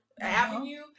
Avenue